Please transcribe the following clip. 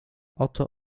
oto